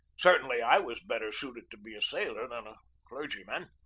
certainly i was better suited to be a sailor than a clergyman.